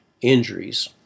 injuries